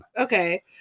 okay